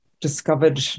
discovered